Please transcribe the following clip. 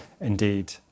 indeed